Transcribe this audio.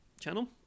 channel